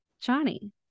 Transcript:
Johnny